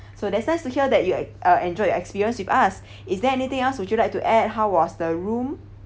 so that's nice to hear that you're uh enjoy your experience with us is there anything else would you like to add how was the room